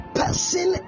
person